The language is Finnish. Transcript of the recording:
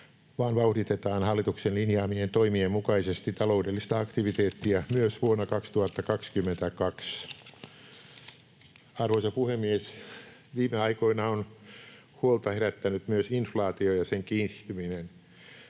vaan vauhditetaan hallituksen linjaamien toimien mukaisesti taloudellista aktiviteettia myös vuonna 2022. Arvoisa puhemies! Viime aikoina on huolta herättänyt myös inflaatio ja sen kiihtyminen.